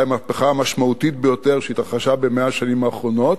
המהפכה המשמעותית ביותר שהתרחשה ב-100 השנים האחרונות,